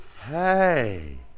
Hey